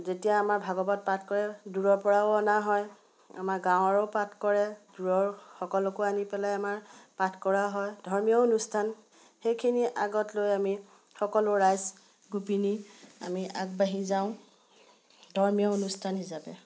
যেতিয়া আমাৰ ভাগৱত পাঠ কৰে দূৰৰ পৰাও অনা হয় আমাৰ গাঁৱৰো পাঠ কৰে দূৰৰ সকলোকো আনি পেলাই আমাৰ পাঠ কৰা হয় ধৰ্মীয় অনুষ্ঠান সেইখিনি আগত লৈ আমি সকলো ৰাইজ গোপিনী আমি আগবাঢ়ি যাওঁ ধৰ্মীয় অনুষ্ঠান হিচাপে